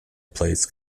plates